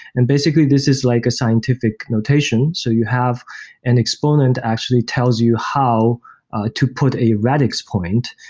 and basically this is like a scientific notation. so you have an exponent actually tells you how to put a radix point,